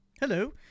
Hello